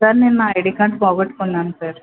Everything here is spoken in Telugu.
సార్ నేను నా ఐడీ కార్డు పోగొట్టుకున్నాను సార్